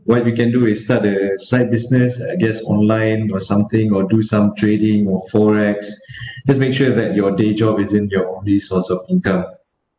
what we can do is start a side business I guess online or something or do some trading or FOREX just make sure that your day job isn't your only source of income